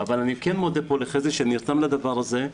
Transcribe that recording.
אבל אני כן מודה לחזי שנרתם לדבר הזה.